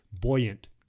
buoyant